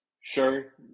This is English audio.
Sure